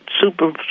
super